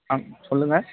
ஆ சொல்லுங்கள்